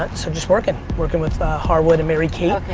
but so just working. working with harwood and mary kate,